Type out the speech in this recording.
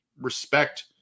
respect